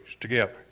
together